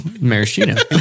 Maraschino